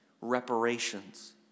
reparations